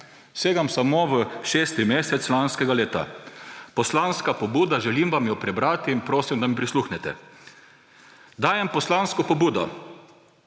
Segam samo v šesti mesec lanskega leta. Poslanska pobuda, želim vam jo prebrati in prosim, da mi prisluhnete. Dajem poslansko pobudo,